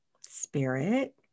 spirit